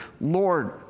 Lord